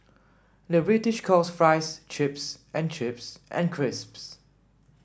the British calls fries chips and chips and crisps